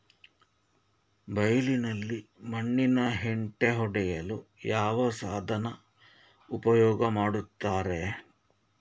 ಬೈಲಿನಲ್ಲಿ ಮಣ್ಣಿನ ಹೆಂಟೆ ಒಡೆಯಲು ಯಾವ ಸಾಧನ ಉಪಯೋಗ ಮಾಡುತ್ತಾರೆ?